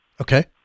Okay